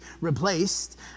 replaced